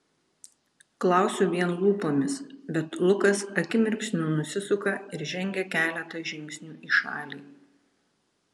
klausiu vien lūpomis bet lukas akimirksniu nusisuka ir žengia keletą žingsnių į šalį